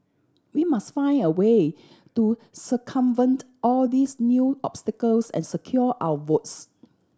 we must find a way to circumvent all these new obstacles and secure our votes